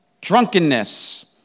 drunkenness